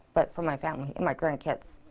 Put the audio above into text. but for my family and my grandkids,